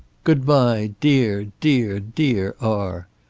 good-bye dear, dear, dear r.